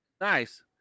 nice